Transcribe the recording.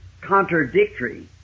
contradictory